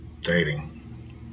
dating